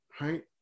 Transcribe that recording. right